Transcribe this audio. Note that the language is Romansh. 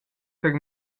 per